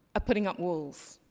ah putting up walls.